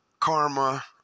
karma